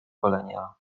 golenia